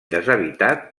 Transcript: deshabitat